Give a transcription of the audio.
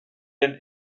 and